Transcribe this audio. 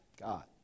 God